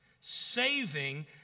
saving